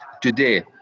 today